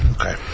Okay